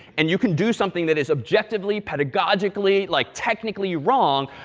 and you can do something that is objectively, pedagogically, like technically wrong,